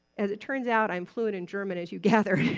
as it turns out, i'm fluent in german, as you gather,